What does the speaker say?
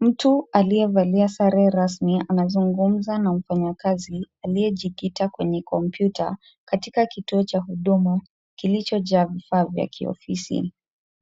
Mtu aliye valia sare rasmi ana zungumza na mfanyakazi aliye jikita kwenye kompyuta katika kituo cha huduma kilicho jaa vifaa vya kiofisi.